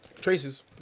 traces